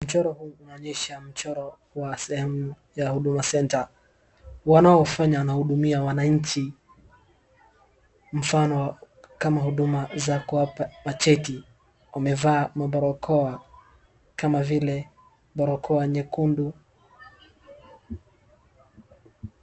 Mchoro huu unaonyesha mchoro wa sehemu ya Huduma Center. Wanaofanya wanahudumia wananchi, mfano wa, kama huduma za kuwapa macheti. Wamevaa mabarakoa kama vile barakoa nyekundu.